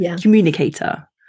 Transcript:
communicator